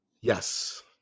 Yes